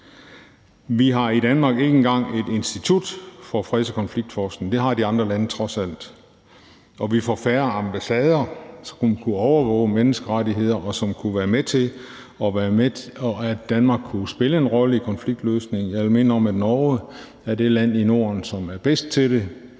Vi har i Danmark ikke engang et institut for freds- og konfliktforskning. Det har de andre lande trods alt. Og vi får færre ambassader, som kunne overvåge menneskerettigheder, og som kunne være med til, at Danmark kunne spille en rolle i konfliktløsning. Jeg minder om, at Norge er det land i Norden, som er bedst til det.